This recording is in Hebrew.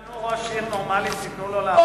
ימנו ראש עיר נורמלי וייתנו לו לעבוד.